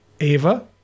Ava